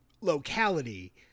locality